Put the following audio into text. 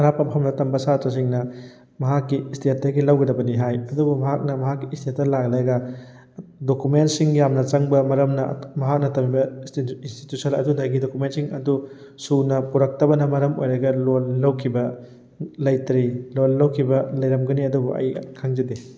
ꯑꯔꯥꯞꯄ ꯃꯐꯝꯗ ꯇꯝꯕ ꯁꯥꯇ꯭ꯔꯁꯤꯡꯅ ꯃꯍꯥꯛꯀꯤ ꯏꯁꯇꯦꯠꯇꯒꯤ ꯂꯧꯒꯗꯕꯅꯤ ꯍꯥꯏ ꯑꯗꯨꯕꯨ ꯃꯍꯥꯛꯅ ꯃꯍꯥꯛꯀꯤ ꯏꯁꯇꯦꯠꯇ ꯂꯥꯛꯂꯒ ꯗꯣꯀꯨꯃꯦꯅꯁꯤꯡ ꯌꯥꯝꯅ ꯆꯪꯕ ꯃꯔꯝꯅ ꯃꯍꯥꯛꯅ ꯇꯝꯃꯤꯕ ꯏꯟꯇꯤꯇ꯭ꯌꯨꯁꯟ ꯑꯗꯨꯗꯒꯤ ꯗꯣꯀꯨꯃꯦꯟꯁꯤꯡ ꯑꯗꯨ ꯁꯨꯅ ꯄꯨꯔꯛꯇꯕꯅ ꯃꯔꯝ ꯑꯣꯏꯔꯒ ꯂꯣꯟ ꯂꯧꯈꯤꯕ ꯂꯩꯇ꯭ꯔꯤ ꯂꯣꯟ ꯂꯧꯈꯤꯕ ꯂꯩꯔꯝꯒꯅꯤ ꯑꯗꯨꯕꯨ ꯑꯩ ꯈꯪꯖꯗꯦ